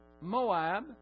Moab